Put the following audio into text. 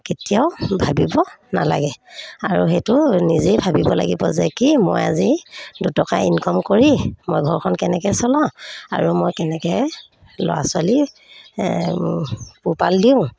কেতিয়াও ভাবিব নালাগে আৰু সেইটো নিজেই ভাবিব লাগিব যে কি মই আজি দুটকা ইনকম কৰি মই ঘৰখন কেনেকৈ চলাওঁ আৰু মই কেনেকৈ ল'ৰা ছোৱালী পোহপাল দিওঁ